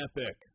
Epic